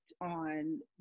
on